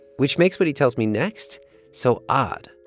which makes what he tells me next so odd